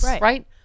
right